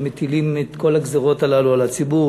שמטילים את כל הגזירות הללו על הציבור.